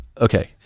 Okay